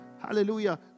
hallelujah